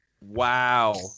Wow